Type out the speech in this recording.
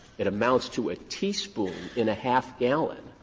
it amounts to a teaspoon in a half gallon.